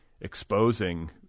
exposing